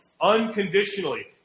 unconditionally